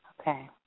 Okay